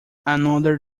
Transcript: another